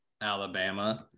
Alabama